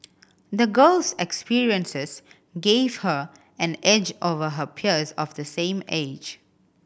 the girl's experiences gave her an edge over her peers of the same age